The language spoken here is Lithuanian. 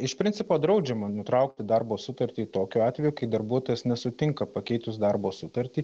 iš principo draudžiama nutraukti darbo sutartį tokiu atveju kai darbuotojas nesutinka pakeitus darbo sutartį